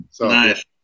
Nice